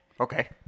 Okay